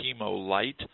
chemo-light